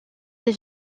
des